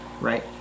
right